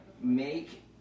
make